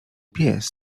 pies